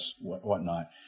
whatnot